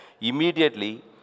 immediately